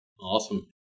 Awesome